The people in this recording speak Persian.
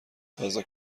تازه